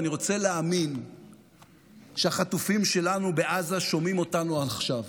ואני רוצה להאמין שהחטופים שלנו בעזה שומעים אותנו עכשיו.